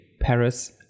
paris